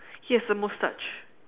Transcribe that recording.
he has a moustache